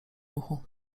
ruchu